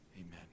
Amen